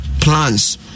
plans